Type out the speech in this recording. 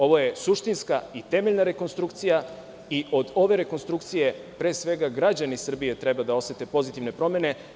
Ovo je suštinska i temeljna rekonstrukcija i od ove rekonstrukcija pre svega građani Srbije treba da osete pozitivne promene.